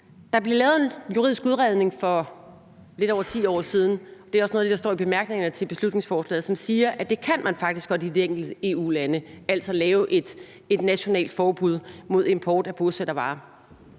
Der blev lavet en juridisk udredning for lidt over 10 år siden – det er også noget af det, der står i bemærkningerne til beslutningsforslaget – som siger, at det kan man faktisk godt i de enkelte EU-lande, altså lave et nationalt forbud mod import af bosættervarer,